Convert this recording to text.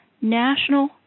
national